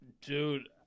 Dude